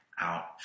out